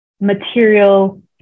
material